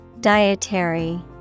Dietary